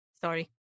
Sorry